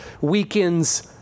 weekends